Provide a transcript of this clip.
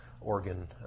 organ